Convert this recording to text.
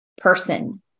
person